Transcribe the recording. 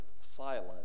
silent